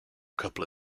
couple